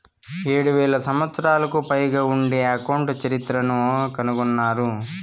ఏడు వేల సంవత్సరాలకు పైగా ఉండే అకౌంట్ చరిత్రను కనుగొన్నారు